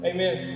Amen